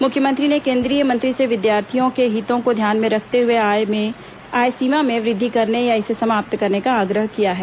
मुख्यमंत्री ने केंद्रीय मंत्री से विद्यार्थियों के हितों को ध्यान में रखते हए आय सीमा में वृद्धि करने या इसे समाप्त करने का आग्रह किया है